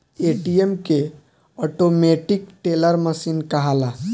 ATM के automatic teller machine कहाला